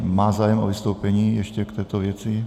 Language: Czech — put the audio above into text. Má zájem o vystoupení ještě k této věci?